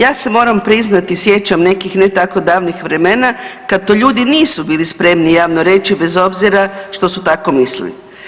Ja se moram priznati sjećam nekih ne tako davnih vremena kad to ljudi nisu bili spremni javno reći bez obzira što su tako mislili.